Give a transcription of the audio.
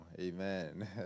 Amen